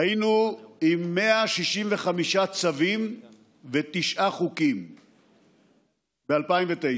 היינו עם 165 צווים ותשעה חוקים ב-2009,